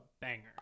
banger